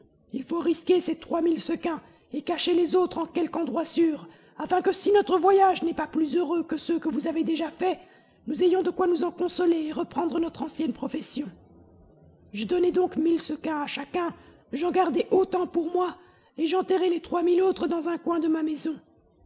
il faut risquer ces trois mille sequins et cacher les autres en quelque endroit sûr afin que si notre voyage n'est pas plus heureux que ceux que vous avez déjà faits nous ayons de quoi nous en consoler et reprendre notre ancienne profession je donnai donc mille sequins à chacun j'en gardai autant pour moi et j'enterrai les trois mille autres dans un coin de ma maison